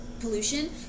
pollution